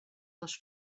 les